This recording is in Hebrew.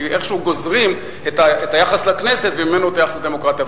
כי איכשהו גוזרים את היחס לכנסת וממנו את היחס לדמוקרטיה.